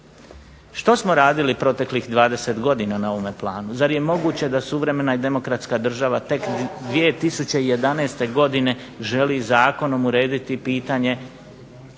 Što smo radili proteklih 20 godina na ovome planu? Zar je moguće da suvremena i demokratska država tek 2011. godine želi zakonom urediti pitanje